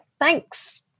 Thanks